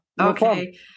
Okay